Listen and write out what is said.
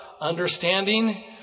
Understanding